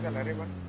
um everyone